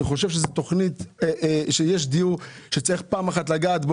אני חושב שבדיור צריך פעם אחת לגעת,